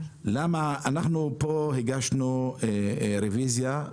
אנחנו הגשנו כאן רוויזיה.